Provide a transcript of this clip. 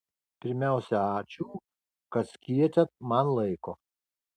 pirmiausia ačiū kad skyrėte man laiko